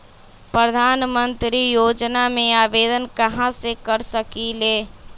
प्रधानमंत्री योजना में आवेदन कहा से कर सकेली?